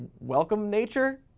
welcome, nature?